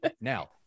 Now